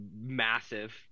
Massive